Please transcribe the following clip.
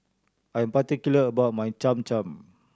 I'm particular about my Cham Cham